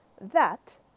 That